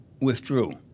withdrew